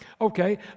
Okay